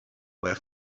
were